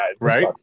Right